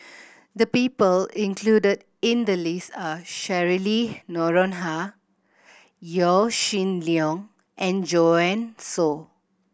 the people included in the list are Cheryl Noronha Yaw Shin Leong and Joanne Soo